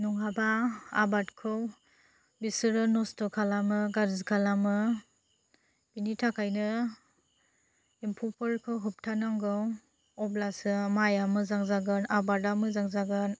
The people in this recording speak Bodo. नङाबा आबादखौ बिसोरो नस्थ' खालामो गाज्रि खालामो बिनि थाखायनो एम्फौफोरखौ होबथानांगौ अब्लासो माया मोजां जागोन आबादा मोजां जागोन